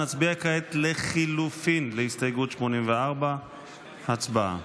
נצביע כעת על לחלופין להסתייגות 84. הצבעה.